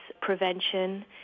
prevention